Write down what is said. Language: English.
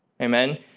Amen